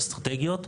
אסטרטגיות,